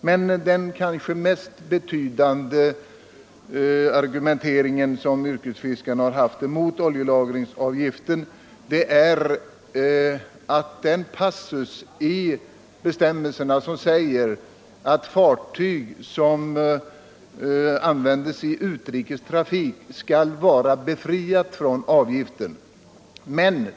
Men den kanske mest vägande argumenteringen från yrkesfiskarna mot oljelagringsavgiften är att det finns en passus i bestämmelserna som säger att fartyg som används i utrikestrafik skall vara befriat från avgiften.